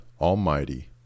Almighty